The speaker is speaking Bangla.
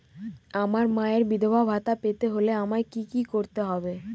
আমার মায়ের বিধবা ভাতা পেতে হলে আমায় কি কি করতে হবে?